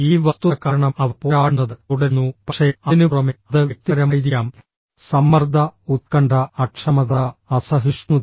ഈ വസ്തുത കാരണം അവർ പോരാടുന്നത് തുടരുന്നു പക്ഷേ അതിനുപുറമെ അത് വ്യക്തിപരമായിരിക്കാം സമ്മർദ്ദ ഉത്കണ്ഠ അക്ഷമതാ അസഹിഷ്ണുത